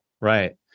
right